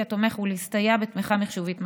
התומך ולהסתייע בתמיכה מחשובית מתאימה.